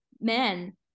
men